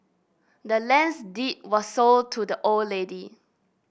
the land's deed was sold to the old lady